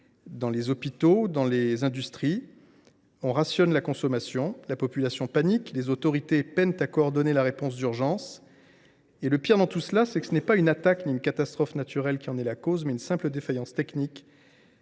Dans les hôpitaux, dans les industries, on rationne la consommation ; la population panique et les autorités peinent à coordonner la réponse d’urgence. Et le pire, c’est que ce n’est ni une attaque ni une catastrophe naturelle qui est la cause de tout cela, mais une simple défaillance technique